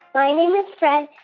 my name is fred,